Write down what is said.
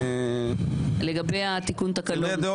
לגבי תיקון התקנון.